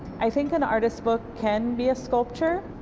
i think an artist book can be a sculpture,